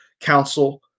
Council